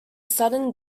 sudden